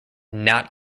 not